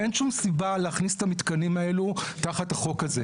ואין שום סיבה להכניס את המתקנים האלו תחת החוק הזה.